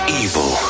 evil